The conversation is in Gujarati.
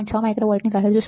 6 માઇક્રો વોલ્ટની લહેર જોશે